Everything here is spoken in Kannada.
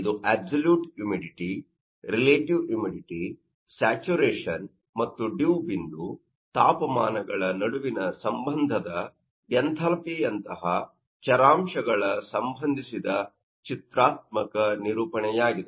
ಇದು absolute humidity relative humidity saturation ಮತ್ತು ಡಿವ್ ಬಿಂದು ತಾಪಮಾನಗಳ ನಡುವಿನ ಸಂಬಂಧದ ಎಥಾಲ್ಪಿ ಯಂತಹ ಚರಾಂಶಗಳ ಸಂಬಂಧಿಸಿದ ಚಿತ್ರಾತ್ಮಕ ನಿರೂಪಣೆಯಾಗಿದೆ